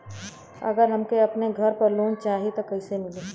अगर हमके अपने घर पर लोंन चाहीत कईसे मिली?